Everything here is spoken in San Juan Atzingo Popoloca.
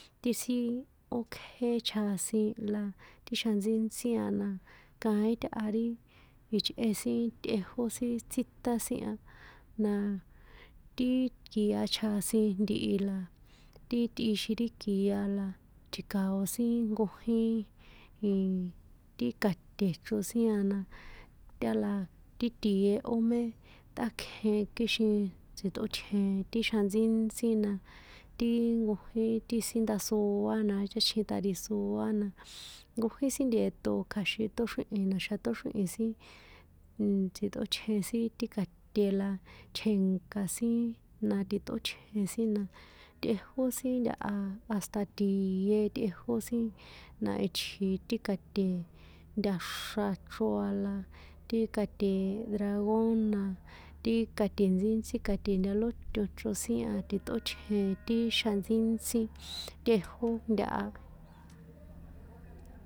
Ti sin ókjé chjasin la ti xjantsíntsí a na kaín táha ri ichꞌe sin tꞌejó sin tsíṭán sin a, naaa, ti- i, kia chjasin ntihi la ti tꞌixin ti kia la, tji̱ka̱o sin nkojín i- i, ti ka̱te̱ chro sin a na, tála ti tië ó mé ṭꞌákjen kixin tsi̱tꞌótjen ti xjanatsíntsí na, ti nkojín ti sin ndasoá na cháchjin tarisoá na, nkojín sin ntie̱ṭo kja̱xin ṭóxríhi̱n na̱xa̱ ṭóxríhi̱n sin tsi̱ṭꞌótjen sin ti ka̱te̱ la tjènka̱ sin, na ti̱ṭꞌótjen sin na tꞌejó sin ntaha, hasta tië tꞌejó sin na itji̱ ti ka̱te̱ ntaxra chro a la, ti ka̱te̱ ragón na, ti ka̱te̱ ntsíntsí ka̱te̱ ntalóto̱n chro sin a tꞌi̱ṭótjen ti xjan tsíntsí tꞌejó ntaha.